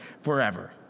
forever